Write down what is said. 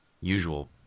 usual